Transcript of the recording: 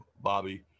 Bobby